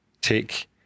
take